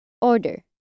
order